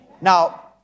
Now